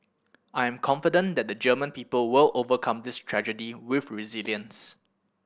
I am confident that the German people will overcome this tragedy with resilience